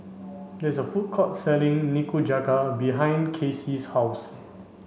there is a food court selling Nikujaga behind Kaycee's house